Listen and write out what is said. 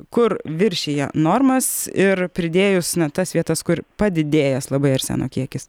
kur viršija normas ir pridėjus na tas vietas kur padidėjęs labai arseno kiekis